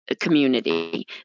community